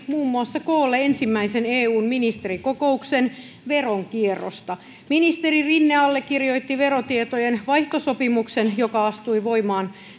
muun muassa kutsui koolle ensimmäisen eun ministerikokouksen veronkierrosta ministeri rinne allekirjoitti verotietojen vaihtosopimuksen joka astui voimaan